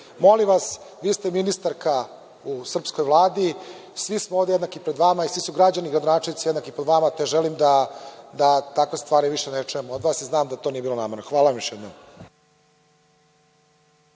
Mislim vas, vi ste ministarka u srpskoj Vladi, svi smo ovde jednaki pred vama i svi građani i gradonačelnici jednaki pred vama, te želim da takve stvari više ne čujem od vas. Znam da to nije bilo namerno. Hvala vam još jednom.